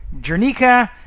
Jernica